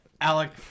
Alec